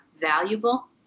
valuable